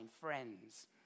friends